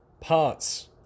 parts